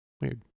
Weird